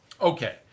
Okay